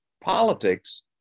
politics